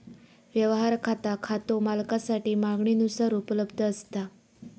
व्यवहार खाता खातो मालकासाठी मागणीनुसार उपलब्ध असता